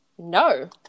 No